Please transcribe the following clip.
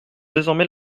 désormais